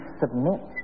submit